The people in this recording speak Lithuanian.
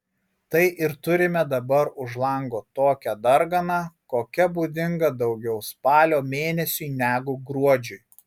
tai ir turime dabar už lango tokią darganą kokia būdinga daugiau spalio mėnesiui negu gruodžiui